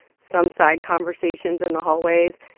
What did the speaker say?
some side conversations in the hallways.